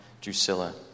Drusilla